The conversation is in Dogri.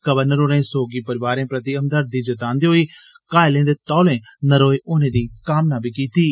गवर्नर होरें सोगी परोआरें प्रति हमदर्दी जतांदे होई जख्मिएं दे तौले नरोए होने दी कामना कीती ऐ